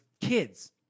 kids